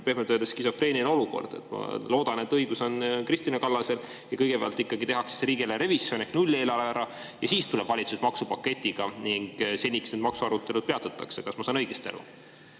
pehmelt öeldes skisofreeniline olukord. Loodan, et õigus on Kristina Kallasel ja kõigepealt tehakse riigieelarve revisjon ehk nulleelarve ära ja siis tuleb valitsus maksupaketiga. Seniks need maksuarutelud peatatakse. Kas ma saan õigesti aru?